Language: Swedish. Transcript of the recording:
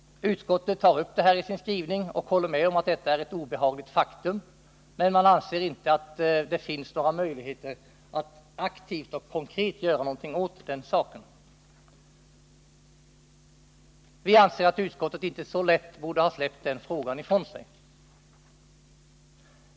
Utskottet tar upp detta i sin skrivning och håller med om att det är ett obehagligt faktum, men man anser att det inte finns några möjligheter att aktivt och konkret göra någonting åt saken. Vi anser att utskottet inte så lätt borde ha släppt den frågan ifrån sig.